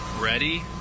Ready